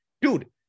Dude